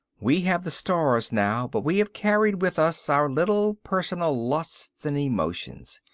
we have the stars now but we have carried with us our little personal lusts and emotions.